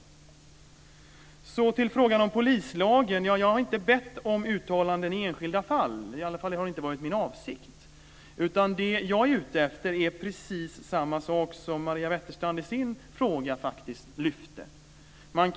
När det gäller frågan om polislagen har jag inte bett om uttalanden i enskilda fall - det har i alla fall inte varit min avsikt. Det som jag är ute efter är precis samma sak som Maria Wetterstrand lyfte fram i sin fråga.